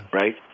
right